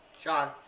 sean?